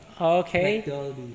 okay